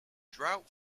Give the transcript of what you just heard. drought